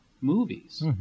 movies